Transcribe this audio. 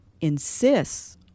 insists